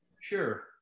Sure